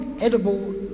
edible